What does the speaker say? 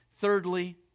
Thirdly